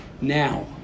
now